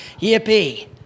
yippee